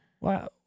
Wow